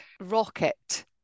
rocket